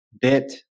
bit